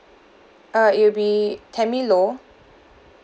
uh it'll be tammy low